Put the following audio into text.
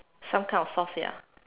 some kind of sauce ya